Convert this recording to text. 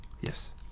Yes